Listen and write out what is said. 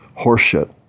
horseshit